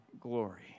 glory